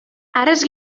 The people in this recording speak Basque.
harrez